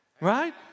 right